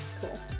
Cool